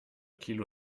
kilo